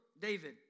David